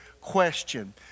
Question